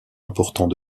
importants